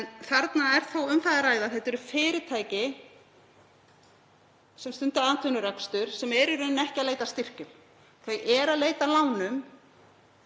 En þarna er þó um að ræða að þetta eru fyrirtæki sem stunda atvinnurekstur sem eru í rauninni ekki að leita styrkjum. Þau eru að leita að lánum.